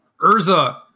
Urza